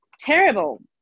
terrible